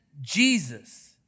Jesus